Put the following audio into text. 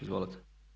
Izvolite.